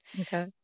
Okay